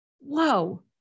Whoa